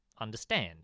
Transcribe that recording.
understand